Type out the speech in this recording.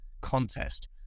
contest